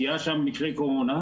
כי היה שם מקרה קורונה,